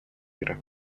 мира